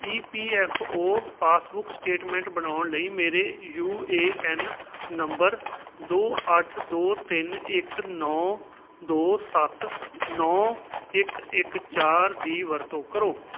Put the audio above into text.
ਈ P F O passbook statement ਬਣਾਉਣ ਲਈ ਮੇਰੇ ਯੂ ਏ ਐੱਨ ਨੰਬਰ ਦੋ ਅੱਠ ਦੋ ਤਿੰਨ ਇੱਕ ਨੌਂ ਦੋ ਸੱਤ ਨੌਂ ਇੱਕ ਇੱਕ ਚਾਰ ਦੀ ਵਰਤੋਂ ਕਰੋ